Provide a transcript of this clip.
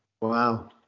Wow